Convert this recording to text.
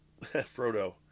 Frodo